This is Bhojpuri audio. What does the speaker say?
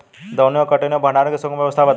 दौनी और कटनी और भंडारण के सुगम व्यवस्था बताई?